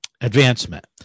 advancement